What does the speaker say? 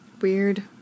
Weird